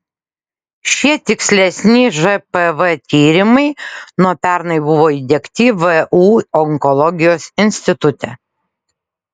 šie tikslesni žpv tyrimai nuo pernai buvo įdiegti vu onkologijos institute